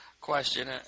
question